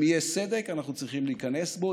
אם יהיה סדק, אנחנו צריכים להיכנס בו.